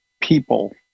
people